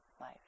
life